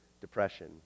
depression